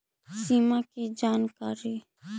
सिमा कि जानकारी?